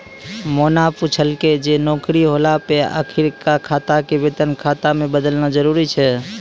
मोना पुछलकै जे नौकरी होला पे अखिनका खाता के वेतन खाता मे बदलना जरुरी छै?